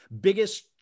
biggest